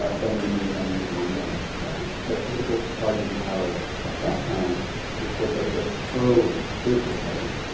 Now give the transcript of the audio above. ah governor munoz marin was long gone right the political party in power at that time was puerto rico's pro-statehood party,